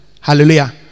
Hallelujah